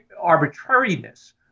arbitrariness